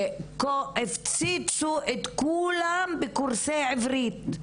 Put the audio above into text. הפציצו את כולם בקורסי עברית.